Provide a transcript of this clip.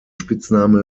spitzname